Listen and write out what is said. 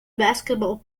basketball